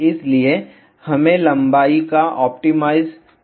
इसलिए हमें लंबाई का ऑप्टिमाइज करने की आवश्यकता है